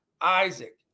Isaac